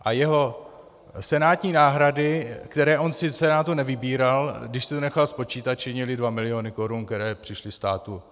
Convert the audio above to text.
A jeho senátní náhrady, které si v Senátu nevybíral, když si to nechal spočítat, činily dva miliony korun, které přišly státu.